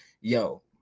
yo